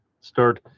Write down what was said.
start